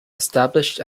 established